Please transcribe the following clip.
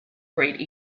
grade